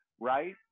right